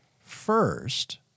first